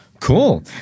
Cool